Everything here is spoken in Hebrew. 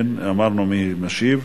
כן, אמרנו מי משיב.